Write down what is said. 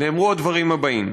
נאמרו הדברים הבאים: